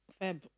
feb